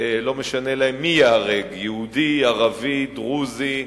לא משנה להם מי ייהרג, יהודי, ערבי, דרוזי.